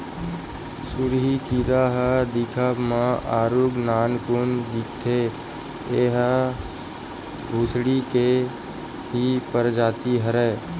सुरही कीरा ह दिखब म आरुग नानकुन दिखथे, ऐहा भूसड़ी के ही परजाति हरय